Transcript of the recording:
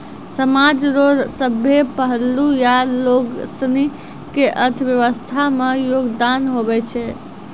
समाज रो सभ्भे पहलू या लोगसनी के अर्थव्यवस्था मे योगदान हुवै छै